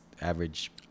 average